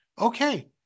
Okay